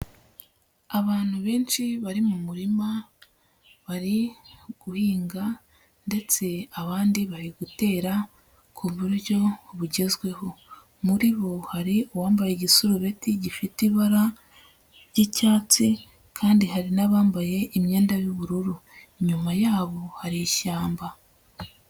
Abantu benshi bari mu murima bari guhinga ndetse abandi bari gutera ku buryo bugezweho, muri bo hari uwambaye igisurubeti gifite ibara ry'icyatsi, kandi hari n'abambaye imyenda y'ubururu. Inyuma yabo hari ishyamba.